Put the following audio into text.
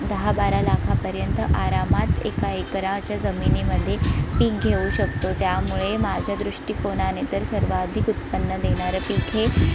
दहा बारा लाखापर्यंत आरामात एका एकराच्या जमिनीमध्ये पीक घेऊ शकतो त्यामुळे माझ्या दृष्टीकोनाने तर सर्वाधिक उत्पन्न देणारं पीक हे